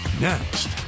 Next